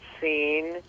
seen